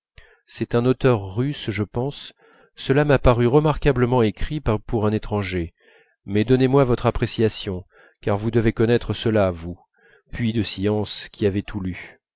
c'est un auteur russe je pense cela m'a paru remarquablement écrit pour un étranger mais donnez-moi votre appréciation car vous devez connaître cela vous puits de science qui avez tout lu